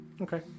Okay